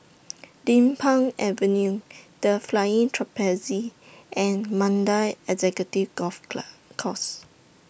Din Pang Avenue The Flying Trapeze and Mandai Executive Golf Club Course